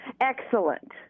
excellent